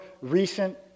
recent